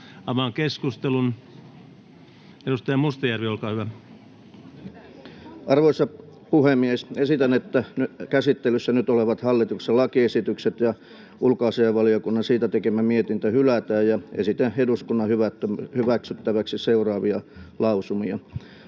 ja voimaansaattamiseksi Time: 14:00 Content: Arvoisa puhemies! Esitän, että käsittelyssä nyt olevat hallituksen lakiesitykset ja ulkoasiainvaliokunnan siitä tekemä mietintö hylätään, ja esitän eduskunnan hyväksyttäväksi seuraavia lausumia: